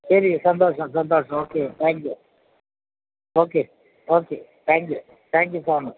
ശരി സന്തോഷം സന്തോഷം okay thank you okay okay thank you thank you so much